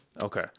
Okay